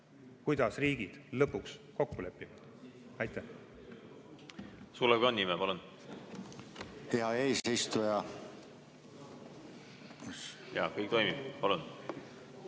kuidas riigid lõpuks kokku lepivad. Aitäh!